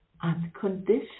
unconditional